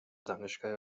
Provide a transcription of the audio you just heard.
دانشگاه